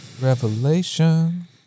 revelation